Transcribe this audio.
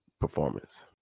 performance